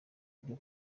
byo